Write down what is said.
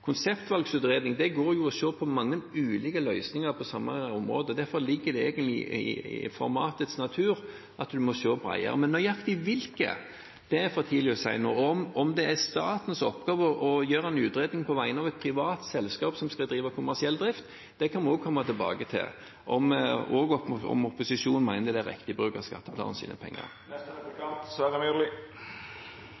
der den går nå. Da skal man ikke holde på med KVU-er, men kommunedelplaner og reguleringsplaner. Konseptvalgutredninger handler om å se på mange ulike løsninger på det samme området. Derfor ligger det egentlig i formatets natur at man må se bredere på det. Men nøyaktig hvilke er det for tidlig å si noe om. Om det er statens oppgave å gjøre en utredning på vegne av et privat selskap som driver med kommersiell drift, kan vi også komme tilbake til – også spørsmålet om opposisjonen mener det er riktig bruk av